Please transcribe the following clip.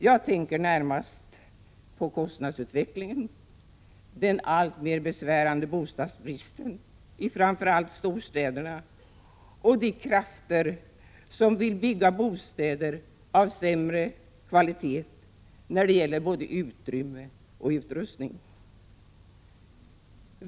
Jag tänker närmast på kostnadsutvecklingen, den alltmer besvärande bostadsbristen i framför allt storstäderna och de krafter som vill bygga bostäder av sämre kvalitet när det gäller både utrymme och utrustning.